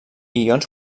ions